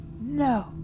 No